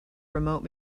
remote